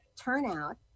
turnout